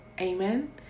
Amen